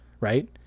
right